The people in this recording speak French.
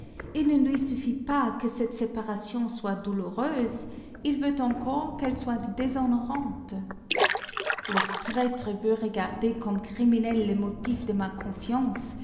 il ne lui suffit pas que cette séparation soit douloureuse il veut encore qu'elle soit déshonorante le traître veut regarder comme criminels les motifs de ma confiance